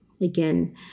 again